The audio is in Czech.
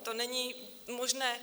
To není možné.